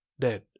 Dead